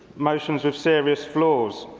motions with serious flaws.